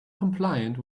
compliant